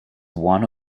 one